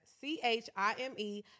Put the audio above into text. C-H-I-M-E